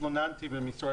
התלוננתי במשרד